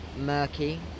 murky